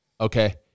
Okay